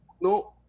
No